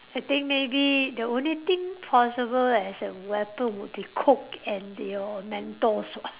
I think maybe the only thing possible as a weapon would be coke and your mentos [what]